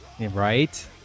right